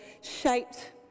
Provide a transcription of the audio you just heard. shaped